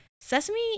sesame